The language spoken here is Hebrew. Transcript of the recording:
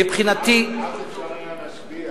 מבחינתי, אז אפשר היה להשפיע.